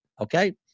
okay